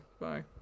Bye